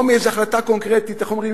או מאיזה החלטה קונקרטית, איך אומרים?